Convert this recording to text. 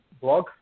blog